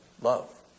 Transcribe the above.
Love